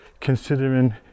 considering